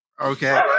okay